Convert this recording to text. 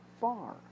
far